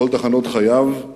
בכל תחנות חייו,